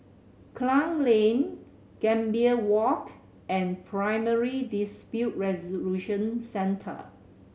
Klang Lane Gambir Walk and Primary Dispute Resolution Centre